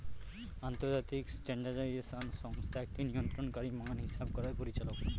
আন্তর্জাতিক স্ট্যান্ডার্ডাইজেশন সংস্থা একটি নিয়ন্ত্রণকারী মান হিসাব করার পরিচালক